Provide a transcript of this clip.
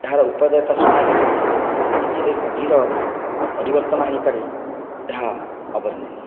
ଏହାର ଉପଦେୟତା ସମାଜ ପ୍ରତି ଏଥିରେ ଗଭୀର ପରିବର୍ତ୍ତନ ଆଣିପାରେ ଏହା ଅବର୍ଣ୍ଣନୀୟ